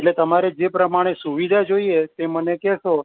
એટલે તમારે જે પ્રમાણે સુવિધા જોઈએ તે મને કહેશો